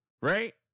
Right